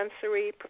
sensory